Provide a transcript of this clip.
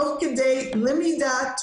תוך כדי למידה,